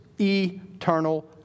eternal